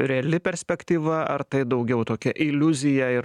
reali perspektyva ar tai daugiau tokia iliuzija ir